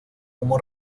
como